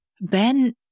Ben